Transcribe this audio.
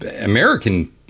American